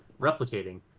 replicating